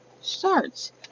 starts